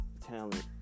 talent